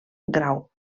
grau